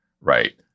right